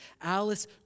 Alice